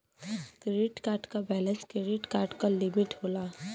credit card क balance credit card क limit होला